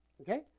Okay